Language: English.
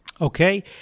Okay